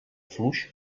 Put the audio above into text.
fluix